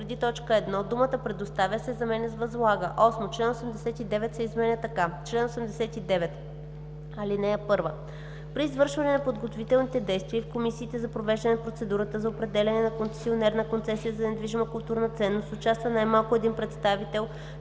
преди т. 1 думата „предоставя“ се заменя с „възлага“. 8. Член 89 се изменя така: „Чл. 89. (1) При извършване на подготвителните действия и в комисиите за провеждане на процедура за определяне на концесионер на концесия за недвижима културна ценност участва най-малко един представител на